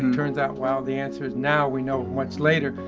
and turns out well the answer is, now we know much later,